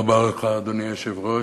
אדוני היושב-ראש,